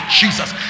jesus